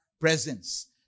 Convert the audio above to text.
presence